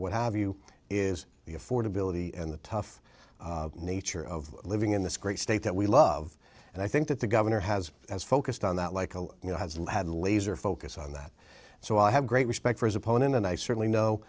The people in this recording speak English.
what have you is the affordability and the tough nature of living in this great state that we love and i think that the governor has focused on that like oh you know hasn't had a laser focus on that so i have great respect for his opponent and i certainly know